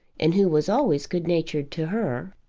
and who was always good-natured to her.